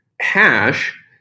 hash